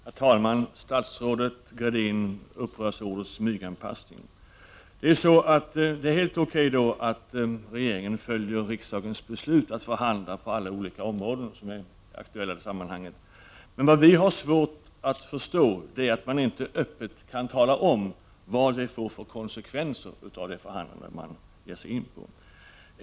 Herr talman! Statsrådet Gradin upprörs över ordet smyganpassning. Det är helt okej att regeringen följer riksdagens beslut att man skall förhandla på alla olika områden som är aktuella i sammanhanget. Men vad vi har svårt att förstå är att man inte öppet kan tala om vad det blir för konsekvenser av de förhandlingar man ger sig in på.